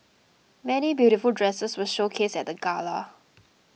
many beautiful dresses were showcased at the Gala